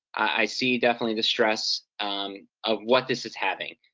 i see definitely the stress of what this is having,